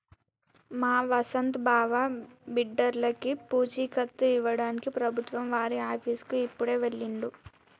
మా వసంత్ బావ బిడ్డర్లకి పూచీకత్తు ఇవ్వడానికి ప్రభుత్వం వారి ఆఫీసుకి ఇప్పుడే వెళ్ళిండు